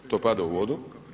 To pada u vodu.